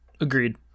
Agreed